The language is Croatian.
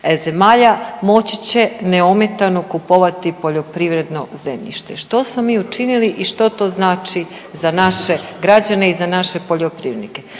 zemalja moći će neometano kupovati poljoprivredno zemljište. Što smo mi učinili i što to znači za naše građane i za naše poljoprivrednike?